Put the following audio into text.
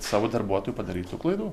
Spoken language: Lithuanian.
savo darbuotojų padarytų klaidų